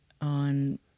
on